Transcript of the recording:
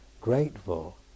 grateful